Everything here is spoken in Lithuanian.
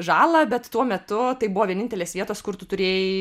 žalą bet tuo metu tai buvo vienintelės vietos kur tu turėjai